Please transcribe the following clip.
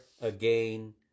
again